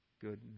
goodness